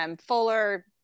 fuller